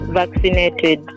vaccinated